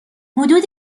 حدود